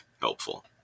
helpful